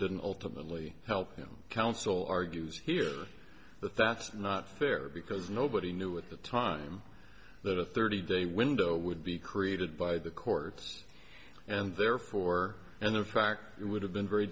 didn't ultimately help him counsel argues here that that's not fair because nobody knew at the time that a thirty day window would be created by the courts and therefore and in fact it would have been very